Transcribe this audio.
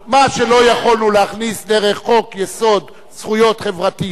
מה שלא יכולנו להכניס דרך חוק-יסוד: זכויות חברתיות,